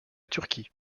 turquie